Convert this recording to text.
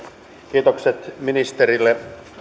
kiitokset ministerille